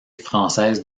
française